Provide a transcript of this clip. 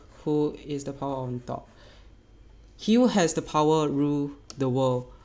who is the power on top he who has the power rule the world